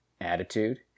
attitude